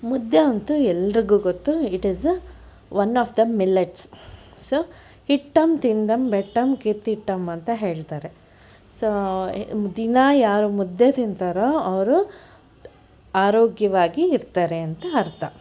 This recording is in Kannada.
ಮುದ್ದೆ ಅಂತೂ ಎಲ್ಲರಿಗೂ ಗೊತ್ತು it is a one of the millets so ಹಿಟ್ಟಂ ತಿಂದಂ ಬೆಟ್ಟಂ ಕೆತ್ತಿಟ್ಟಂ ಅಂತ ಹೇಳ್ತಾರೆ ಸೊ ದಿನಾ ಯಾರು ಮುದ್ದೆ ತಿಂತಾರೋ ಅವರು ಆರೋಗ್ಯವಾಗಿ ಇರ್ತಾರೆ ಅಂತ ಅರ್ಥ